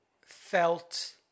felt